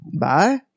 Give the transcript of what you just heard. Bye